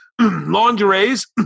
lingeries